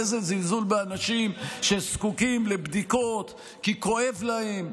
איזה זלזול באנשים שזקוקים לבדיקות כי כואב להם,